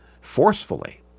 forcefully